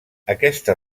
aquesta